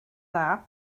dda